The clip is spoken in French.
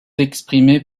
exprimée